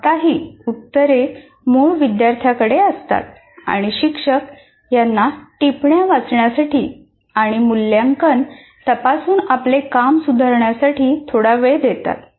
आताही उत्तरे मूळ विद्यार्थ्यांकडे असतात आणि शिक्षक यांना टिप्पण्या वाचण्यासाठी आणि मूल्यांकन तपासून आपले काम सुधारण्यासाठी थोडा वेळ देतात